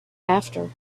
after